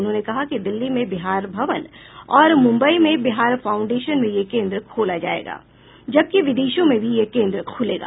उन्होंने कहा कि दिल्ली में बिहार भवन और मुम्बई में बिहार फांउडेशन में यह केंद्र खोला जायेगा जबकि विदेशों में भी यह केंद्र खुलेगा